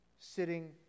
sitting